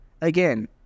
again